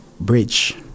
bridge